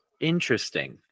Interesting